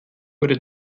wurde